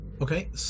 Okay